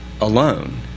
alone